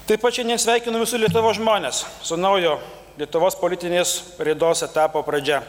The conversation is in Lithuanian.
taip pat šiandien sveikinu visu lietuvos žmones su naujo lietuvos politinės raidos etapo pradžia